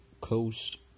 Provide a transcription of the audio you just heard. Coast